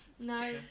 no